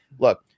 look